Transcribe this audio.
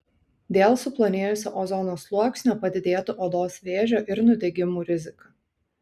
dėl suplonėjusio ozono sluoksnio padidėtų odos vėžio ir nudegimų rizika